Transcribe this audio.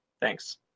Thanks